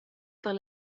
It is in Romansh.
per